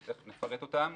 שתכף נפרט אותם,